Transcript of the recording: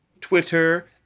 Twitter